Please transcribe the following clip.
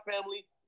family